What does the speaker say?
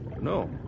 no